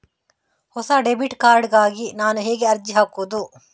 ಹೊಸ debit card ಗಾಗಿ ನಾನು ಹೇಗೆ ಅರ್ಜಿ ಹಾಕುದು?